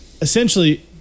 essentially